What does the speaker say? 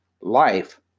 Life